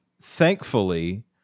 Thankfully